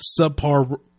subpar